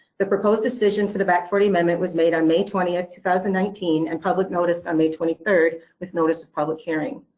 the proposed decision for the back forty amendment was made on may twentieth, two thousand and nineteen, and public notice on may twenty third with notice of public hearing,